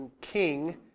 king